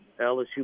LSU